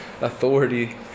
authority